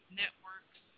networks